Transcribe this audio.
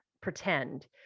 pretend